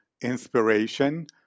inspiration